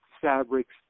fabrics